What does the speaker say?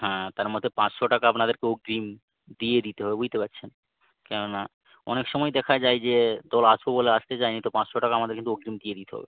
হ্যাঁ তার মধ্যে পাঁচশো টাকা আপনাদেরকে অগ্রিম দিয়ে দিতে হবে বুঝতে পারছেন কেননা অনেক সময় দেখা যায় যে দল আসবো বলে আসতে চাই নি তো পাঁচশো আমাদের কিন্তু অগ্রিম দিয়ে দিতে হবে